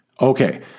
Okay